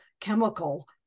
chemical